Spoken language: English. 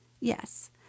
Yes